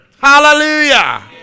Hallelujah